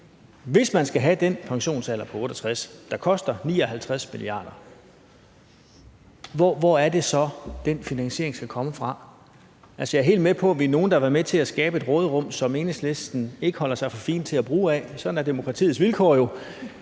hvis man skal have en pensionsalder på 68 år, der koster 59 mia. kr., hvor skal den finansiering så komme fra? Jeg er helt med på, at vi er nogle, der har været med til at skabe et råderum, som Enhedslisten ikke holder sig for fin til at bruge af – sådan er demokratiets vilkår jo